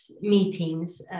meetings